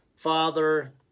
father